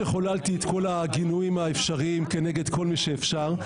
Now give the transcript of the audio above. שחוללתי את כל הגינויים האפשריים כנגד כל מי שאפשר,